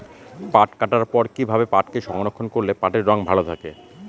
পাট কাটার পর কি ভাবে পাটকে সংরক্ষন করলে পাটের রং ভালো থাকে?